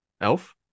Elf